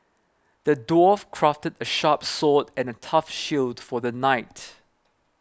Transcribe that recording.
the dwarf crafted a sharp sword and a tough shield for the knight